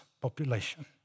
population